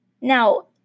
Now